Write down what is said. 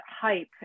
hype